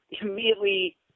immediately